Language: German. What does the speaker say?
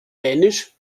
dänisch